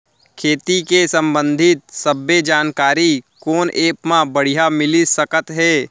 खेती के संबंधित सब्बे जानकारी कोन एप मा बढ़िया मिलिस सकत हे?